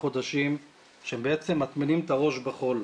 חודשים שבעצם מטמינים את הראש בחול,